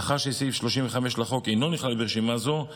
מאחר שסעיף 35 לחוק אינו נכלל ברשימה זו,